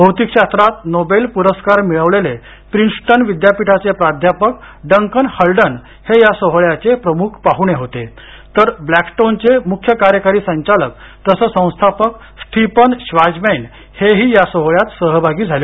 भौतिक शास्त्रात नोबेल प्रस्कार मिळवलेले प्रिंसटन विद्यापीठाचे प्राध्यापक डंकन हल्डन हे या सोहळ्याचे प्रमुख पाहूणे होते तर ब्लॅकस्टोनचे मुख्य कार्यकारी संचालक तसंच संस्थापक स्टीफन श्वार्जमैन हे ही या सोहळ्यात सहभागी झाले